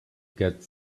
get